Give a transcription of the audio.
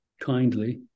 kindly